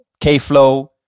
K-Flow